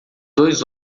dois